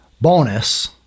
bonus